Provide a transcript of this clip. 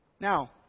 Now